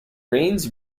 rains